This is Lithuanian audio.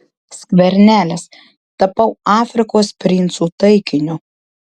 skvernelis tapau afrikos princų taikiniu